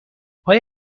آیا